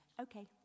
okay